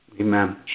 Amen